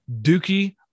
Dookie